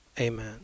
Amen